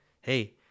hey